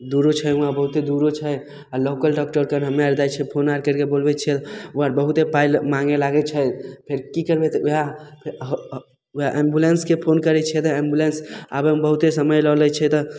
दूरो छै वहाँ बहुते दूरो छै आओर लोकल डॉक्टरकन हमे आर जाइ छिए फोन आर करिके बोलबै छिअनि ओ आर बहुते पाइ माँगै लागै छै फेर कि करबै तऽ वएह वएह एम्बुलेन्सके फोन करै छिए तऽ एम्बुलेन्स आबैमे बहुते समय लऽ लै छै तऽ